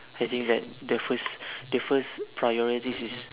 I think that the first the first priorities is